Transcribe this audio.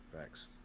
Thanks